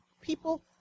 people